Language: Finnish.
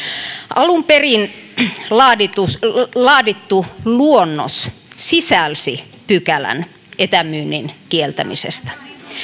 alun perin laadittu laadittu luonnos sisälsi pykälän etämyynnin kieltämisestä